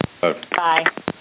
Bye